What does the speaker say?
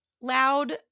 loud